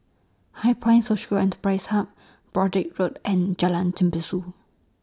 HighPoint Social Enterprise Hub Broadrick Road and Jalan Tembusu